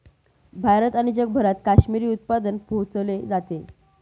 भारत आणि जगभरात काश्मिरी उत्पादन पोहोचले आहेत